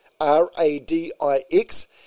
R-A-D-I-X